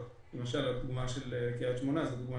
למה